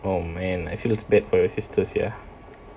oh man I feel it's bad for your sister sia